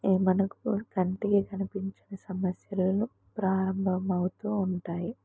మనకు కంటికి కనిపించిన సమస్యలు ప్రారంభమవుతూ ఉంటాయి